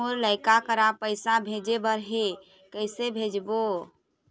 मोर लइका करा पैसा भेजें बर हे, कइसे भेजबो?